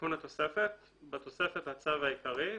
"תיקון התוספת 6. בתוספת לצו העיקרי,